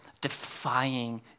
defying